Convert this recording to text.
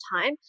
time